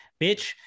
Bitch